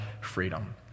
freedom